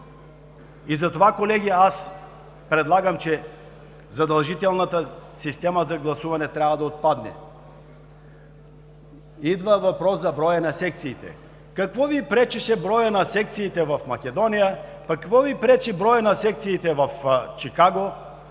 И затова, колеги, предлагам задължителната система за гласуване да отпадне. Идва въпросът за броя на секциите. Какво Ви пречеше броят на секциите в Македония, какво Ви пречи броят на секциите в Чикаго,